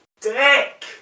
dick